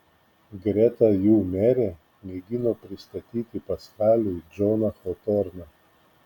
greta jų merė mėgino pristatyti paskaliui džoną hotorną